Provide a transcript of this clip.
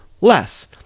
less